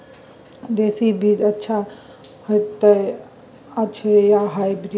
देसी बीज अच्छा होयत अछि या हाइब्रिड?